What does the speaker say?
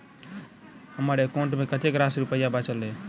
हम्मर एकाउंट मे कतेक रास रुपया बाचल अई?